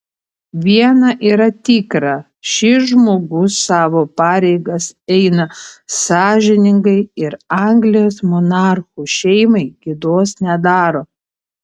viena yra tikra šis žmogus savo pareigas eina sąžiningai ir anglijos monarchų šeimai gėdos nedaro